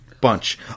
bunch